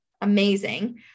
amazing